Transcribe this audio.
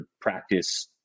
practice